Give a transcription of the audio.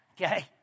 Okay